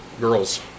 Girls